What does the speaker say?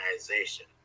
organization